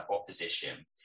opposition